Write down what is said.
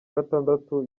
gatandatu